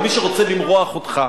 אבל מי שרוצה למרוח אותך,